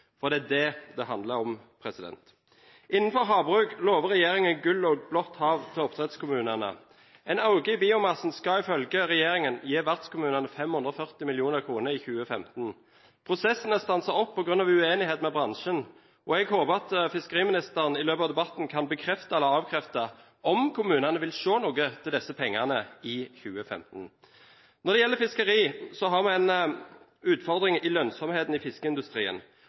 sektor». Det er det det handler om. Innenfor havbruk lover regjeringen gull og blått hav til oppdrettskommunene. En økning i biomassen skal ifølge regjeringen gi vertskommunene 540 mill. kr i 2015. Prosessen er stanset opp på grunn av uenighet med bransjen, og jeg håper at fiskeriministeren i løpet av debatten kan bekrefte eller avkrefte at kommunene vil se noe til disse pengene i 2015. Når det gjelder fiskeri, har vi en utfordring i lønnsomheten i fiskeindustrien.